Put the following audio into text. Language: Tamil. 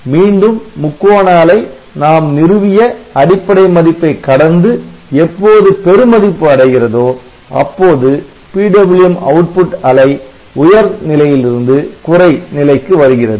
மீண்டும் முக்கோண அலை நாம் நிறுவிய அடிப்படை மதிப்பை கடந்து எப்போது பெருமதிப்பு அடைகிறதோ அப்போது PWM output அலை உயர் நிலையிலிருந்து குறை நிலைக்கு வருகிறது